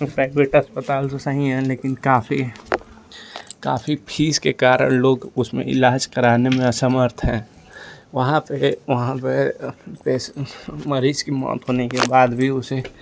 private अस्पताल तो सही हैं लेकिन काफी काफी फीस के कारण लोग उसमें इलाज कराने में असमर्थ हैं वहाँ पे वहाँ पे पेस मरीज की मौत होने के बाद भी उसे